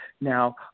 Now